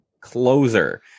closer